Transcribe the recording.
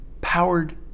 powered